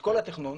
כל התכנון',